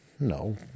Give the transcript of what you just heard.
No